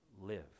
live